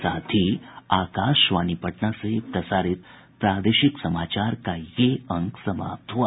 इसके साथ ही आकाशवाणी पटना से प्रसारित प्रादेशिक समाचार का ये अंक समाप्त हुआ